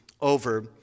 over